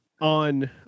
on